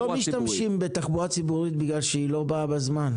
לא משתמשים בתחבורה ציבורית בגלל שהיא לא באה בזמן.